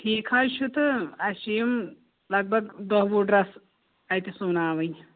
ٹھیٖک حظ چھُ تہٕ اَسہِ چھِ یِم لگ بگ دہ وُہ ڈرٛس اَتہِ سُوناوٕنۍ